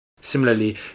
Similarly